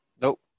Nope